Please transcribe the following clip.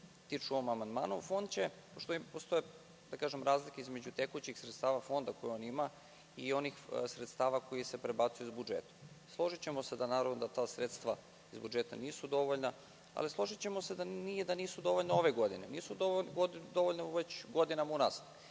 tiču u ovom amandmanu, postoje razlike između tekućih sredstava Fonda koje on ima i onih sredstava koji se prebacuju iz budžeta. Složićemo se da ta sredstva iz budžeta nisu dovoljna, ali nije da nisu dovoljna ove godine, nisu dovoljna već godinama unazad.